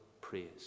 praise